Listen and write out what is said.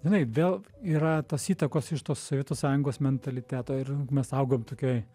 inai vėl yra tos įtakos iš tos sovietų sąjungos mentaliteto ir mes augom tokioj